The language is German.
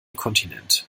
kontinent